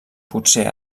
potser